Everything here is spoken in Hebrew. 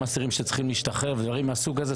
אסירים שצריכים להשתחרר ודברים מהסוג הזה.